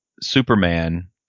Superman